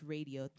Radio